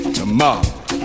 tomorrow